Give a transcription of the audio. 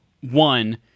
One